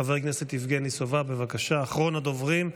חבר הכנסת יבגני סובה, בבקשה, אחרון הדוברים.